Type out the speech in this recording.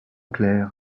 clair